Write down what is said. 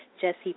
Jesse